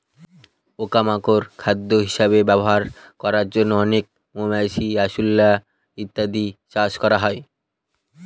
পোকা মাকড় খাদ্য হিসেবে ব্যবহার করার জন্য অনেক মৌমাছি, আরশোলা ইত্যাদি চাষ করা হয়